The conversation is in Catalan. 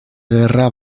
guerra